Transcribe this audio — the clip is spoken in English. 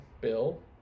Bill